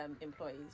employees